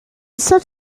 such